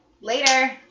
Later